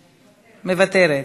מוותרת,